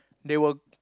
they were